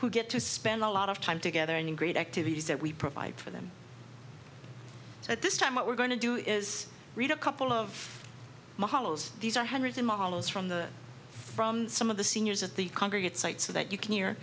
who get to spend a lot of time together and great activities that we provide for them so at this time what we're going to do is read a couple of models these are hundreds of models from the from some of the seniors at the congregate site so that you can hear